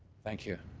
thank you.